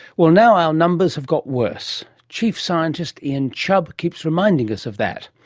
well, now our numbers have got worse. chief scientist ian chubb keeps reminding us of that.